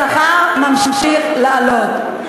השכר ממשיך לעלות.